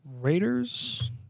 Raiders